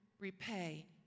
repay